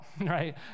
right